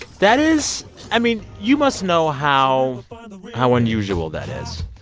that is i mean, you must know how how unusual that is.